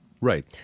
Right